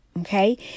okay